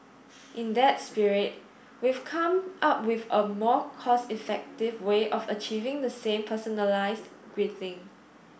in that spirit we've come up with a more cost effective way of achieving the same personalised greeting